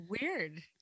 weird